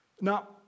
Now